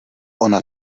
ona